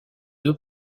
deux